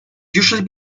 usually